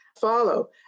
follow